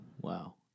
Wow